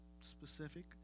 specific